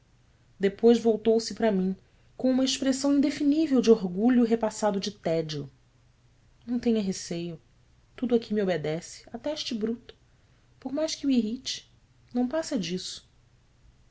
depois voltou-se para mim com uma expressão indefinível de orgulho repassado de tédio ão tenha receio tudo aqui me obedece até este bruto por mais que o irrite não passa disso